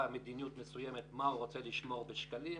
מדיניות מסוימת מה הוא רוצה לשמור בשקלים.